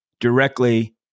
directly